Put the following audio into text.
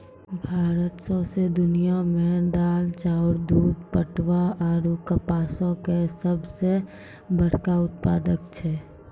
भारत सौंसे दुनिया मे दाल, चाउर, दूध, पटवा आरु कपासो के सभ से बड़का उत्पादक छै